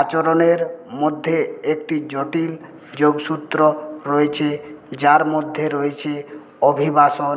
আচরণের মধ্যে একটি জটিল যোগসূত্র রয়েছে যার মধ্যে রয়েছে অভিবাসন